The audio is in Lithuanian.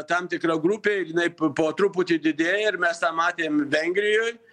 tam tikra grupė ir jinai po truputį didėja ir mes tą matėm vengrijoj